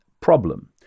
problem